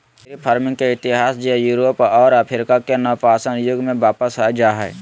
dairy farming के इतिहास जे यूरोप और अफ्रीका के नवपाषाण युग में वापस जा हइ